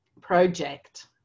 project